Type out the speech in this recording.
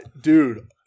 Dude